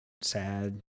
sad